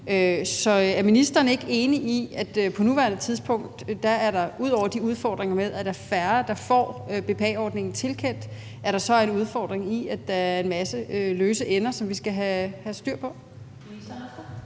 Så er ministeren ikke enig i, at på nuværende tidspunkt er der ud over de udfordringer med, at der er færre, der får BPA-ordningen tilkendt, også en udfordring i, at der er en masse løse ender, som vi skal have styr på?